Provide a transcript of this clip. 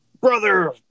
Brother